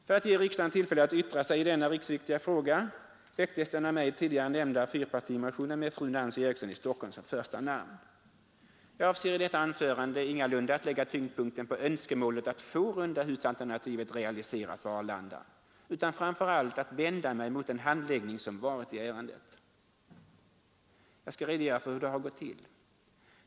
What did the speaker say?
För att ge riksdagen tillfälle att yttra sig i denna riksviktiga fråga, väcktes den av mig tidigare nämnda fyrpartimotionen med fru Nancy Eriksson i Stockholm som första namn. Jag avser i detta anförande ingalunda att lägga tyngdpunkten på önskemålet att få rundahusalternativet realiserat på Arlanda utan framför allt att vända mig mot den handläggning som varit i ärendet. Jag skall nu redogöra för hur det hela har gått till.